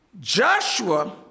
Joshua